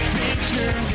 picture